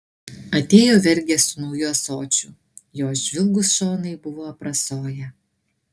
atėjo vergė su nauju ąsočiu jo žvilgūs šonai buvo aprasoję